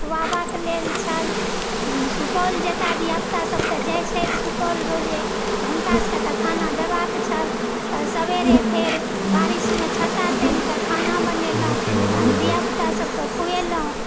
खुआबऽ के लेल छल सुपौल जेकाँ धियापुता सभ तऽ जाय छथि सुपौल रोजे तऽ हुनका सबके तऽ खाना देबाक छल तऽ सबेरे फेर बारिश मे छत्ता तानि कऽ खाना बनेलहुॅं तखन धियापुता सबके खुएलहुॅं